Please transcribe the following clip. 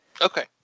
Okay